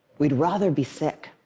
we'd rather be sick.